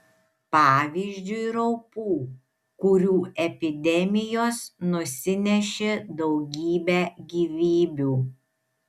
pavyzdžiui raupų kurių epidemijos nusinešė daugybę gyvybių